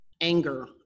anger